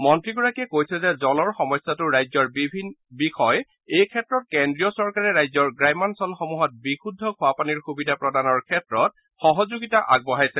মন্ত্ৰীগৰাকীয়ে কৈছে যে জলৰ সমস্যাটো ৰাজ্যৰ বিষয় এই ক্ষেত্ৰত কেন্দ্ৰীয় চৰকাৰে ৰাজ্যৰ গ্ৰাম্যাঞ্চলসমূহত বিশুদ্ধ খোৱা পানীৰ সুবিধা প্ৰদানৰ ক্ষেত্ৰত সহযোগিতা আগবঢ়াইছে